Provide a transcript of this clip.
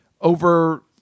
over